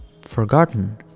forgotten